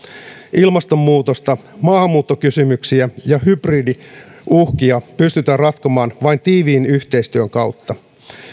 ilmastonmuutosta maahanmuuttokysymyksiä ja hybridiuhkia pystytään ratkomaan vain tiiviin yhteistyön kautta